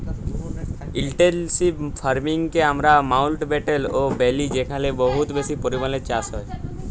intensive farming কে আমরা মাউল্টব্যাটেল ও ব্যলি যেখালে বহুত বেশি পরিমালে চাষ হ্যয়